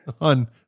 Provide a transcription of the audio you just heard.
on